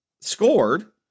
scored